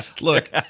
Look